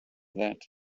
that